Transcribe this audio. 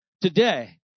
today